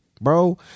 bro